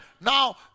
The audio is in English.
now